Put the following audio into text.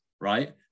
Right